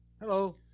Hello